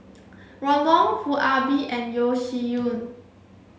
Ron Wong Foo Ah Bee and Yeo Shih Yun